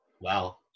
wow